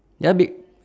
ya be~